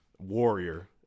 warrior